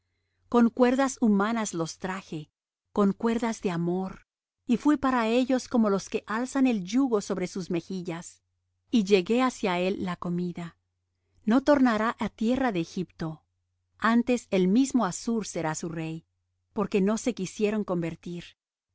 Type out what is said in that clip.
con cuerdas humanas los traje con cuerdas de amor y fuí para ellos como los que alzan el yugo de sobre sus mejillas y llegué hacia él la comida no tornará á tierra de egipto antes el mismo assur será su rey porque no se quisieron convertir